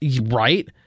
Right